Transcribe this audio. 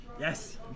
yes